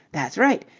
that's right.